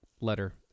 letter